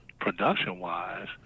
production-wise